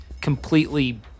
completely